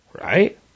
right